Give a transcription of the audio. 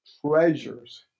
treasures